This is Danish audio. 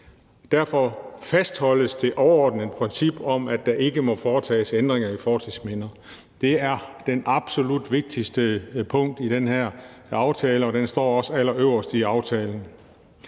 Derfor fastholdes det overordnede princip om, at der ikke må foretages ændringer i fortidsminder. Det er det absolut vigtigste punkt i den her aftale, og det står også allerøverst i aftalen.